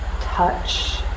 touch